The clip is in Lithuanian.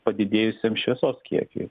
padidėjusiam šviesos kiekiui